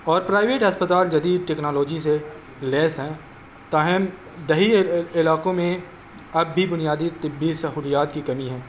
اور پرائیویٹ ہسپتال جدید ٹیکنالوجی سے لیس ہیں تاہم دیہی علاقوں میں اب بھی بنیادی طبی سہولیات کی کمی ہے